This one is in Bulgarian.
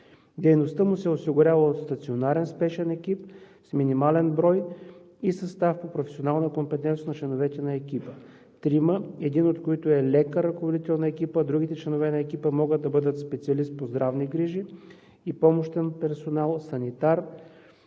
Дейността му се осигурява от стационарен спешен екип с минимален брой и състав по професионална компетентност на членовете на екипа – трима, един от които е лекар – ръководител на екипа, а другите членове на екипа могат да бъдат специалист по здравни грижи и помощен персонал, санитар,